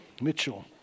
Mitchell